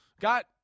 got